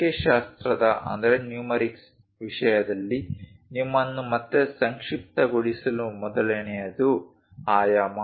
ಸಂಖ್ಯಾಶಾಸ್ತ್ರದ ವಿಷಯದಲ್ಲಿ ನಿಮ್ಮನ್ನು ಮತ್ತೆ ಸಂಕ್ಷಿಪ್ತಗೊಳಿಸಲು ಮೊದಲನೆಯದು ಆಯಾಮ